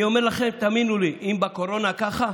אני אומר לכם, תאמינו לי, אם בקורונה ככה,